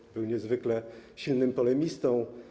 Lem był niezwykle silnym polemistą.